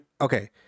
okay